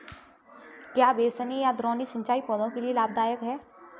क्या बेसिन या द्रोणी सिंचाई पौधों के लिए लाभदायक है?